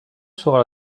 sera